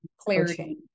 clarity